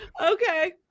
Okay